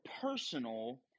personal